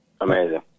Amazing